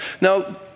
Now